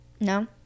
No